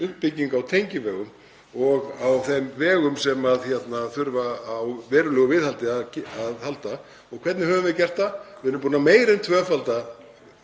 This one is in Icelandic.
uppbyggingu á tengivegum og á þeim vegum sem þurfa á verulegu viðhaldi að halda. Og hvernig höfum við gert það? Við erum búin að meira en tvöfalda